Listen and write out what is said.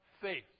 faith